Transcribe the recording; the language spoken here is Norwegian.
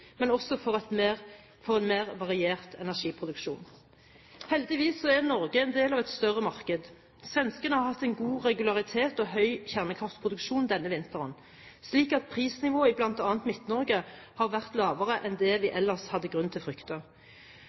men også for en mer variert energiproduksjon. Heldigvis er Norge en del av et større marked. Svenskene har hatt en god regularitet og høy kjernekraftproduksjon denne vinteren, slik at prisnivået i bl.a. Midt-Norge har vært lavere enn det vi ellers hadde grunn til å frykte.